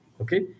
Okay